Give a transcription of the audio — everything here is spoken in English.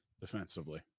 defensively